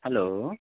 hello